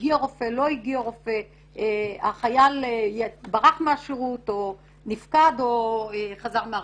הגיע רופא או לא, החייל נפקד או חזר וכולי.